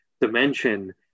dimension